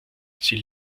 sie